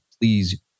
Please